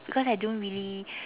because I don't really